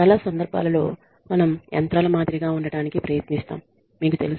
చాలా సందర్భాలలో మనం యంత్రాల మాదిరిగా ఉండటానికి ప్రయత్నిస్తాం మీకు తెలుసు